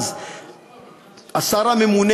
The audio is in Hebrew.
אז השר הממונה,